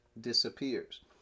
disappears